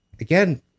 again